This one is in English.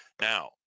now